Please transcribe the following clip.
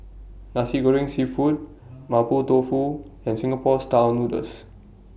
Nasi Goreng Seafood Mapo Tofu and Singapore Style Noodles